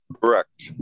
correct